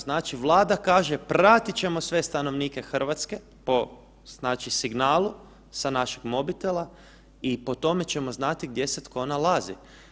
Znači Vlada kaže, pratit ćemo sve stanovnike Hrvatske po znači signalu sa naših mobitela i po tome ćemo znati gdje se tko nalazi.